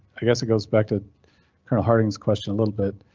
i guess it goes back to colonel harting's question a little bit.